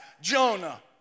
Jonah